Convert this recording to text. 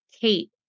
Kate